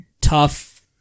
tough